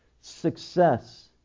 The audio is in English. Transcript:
success